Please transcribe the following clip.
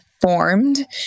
formed